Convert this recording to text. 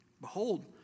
behold